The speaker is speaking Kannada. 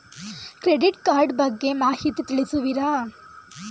ಕ್ರೆಡಿಟ್ ಕಾರ್ಡ್ ಬಗ್ಗೆ ಮಾಹಿತಿ ತಿಳಿಸುವಿರಾ?